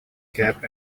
cap